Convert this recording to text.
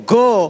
go